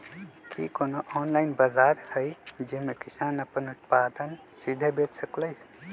कि कोनो ऑनलाइन बाजार हइ जे में किसान अपन उत्पादन सीधे बेच सकलई ह?